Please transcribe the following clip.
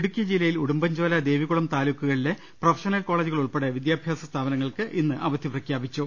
ഇടുക്കി ജില്ലയിൽ ഉടുമ്പൻചോല ദേവികുളം താലൂക്കുക ളിലെ പ്രൊഫ്ഷണൽ കോളജുകൾ ഉൾപ്പെടെ വിദ്യാഭ്യാസ സ്ഥാപ നങ്ങൾക്ക് ഇന്ന് അവധിയായിരിക്കും